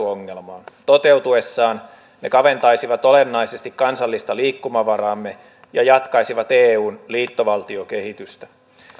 ongelmaan toteutuessaan ne kaventaisivat olennaisesti kansallista liikkumavaraamme ja jatkaisivat eun liittovaltiokehitystä